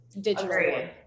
digital